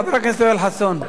חבר הכנסת יואל חסון,